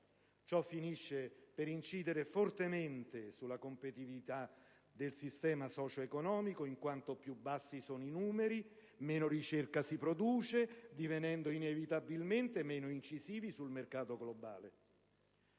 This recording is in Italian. Ciò finisce per incidere fortemente sulla competitività del sistema socio-economico, in quanto più bassi sono i numeri meno ricerca si produce divenendo inevitabilmente meno incisivi sul mercato globale.